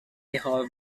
hall